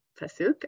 pasuk